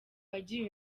wagiye